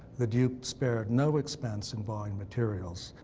the duke spared no expense in buying materials.